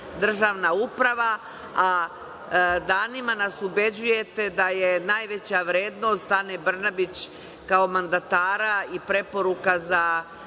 državna uprava, a danima nas ubeđujete da je najveća vrednost Ane Brnabić, kao mandatara, i preporuka za